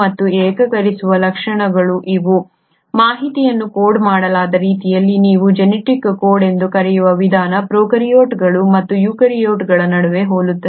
ಮತ್ತು ಏಕೀಕರಿಸುವ ಲಕ್ಷಣಗಳು ಇವು ಮಾಹಿತಿಯನ್ನು ಕೋಡ್ ಮಾಡಲಾದ ರೀತಿಯಲ್ಲಿ ನೀವು ಜೆನೆಟಿಕ್ ಕೋಡ್ ಎಂದು ಕರೆಯುವ ವಿಧಾನ ಪ್ರೊಕಾರ್ಯೋಟ್ಗಳು ಮತ್ತು ಯೂಕ್ಯಾರಿಯೋಟ್ಗಳ ನಡುವೆ ಹೋಲುತ್ತದೆ